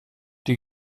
die